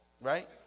right